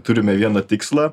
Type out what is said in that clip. turime vieną tikslą